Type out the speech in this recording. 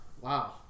wow